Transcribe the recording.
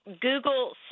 Google